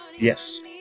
Yes